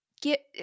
get